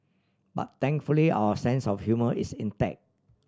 but thankfully our sense of humour is intact